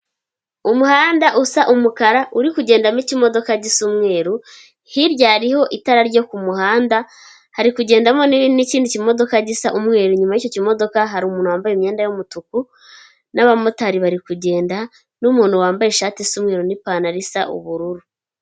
Umuhanda usa umukara, uri kugendamo ikimodoka gisa umweruru, hirya hariho itara ryo kumuhanda, hari kugendamo n'ikindi kimodoka gisa umweru, inyuma yicyo kimodoka, hari umuntu wambaye imyenda yumutuku n'abamotari bari kugenda. n'umuntu wambaye ishati y'umweru, n'ipantaro isa ubururu.